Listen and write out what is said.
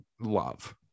love